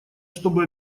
чтобы